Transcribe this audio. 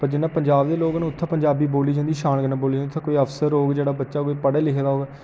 जि'यां पंजाब दे लोक न उत्थै पंजाबी बोल्ली जंदी शान कन्नै बोल्ली जंदी ऐ उत्थै कोई अफसर होग जेह्ड़ा बच्चा कोई पढ़े लिखे दा होग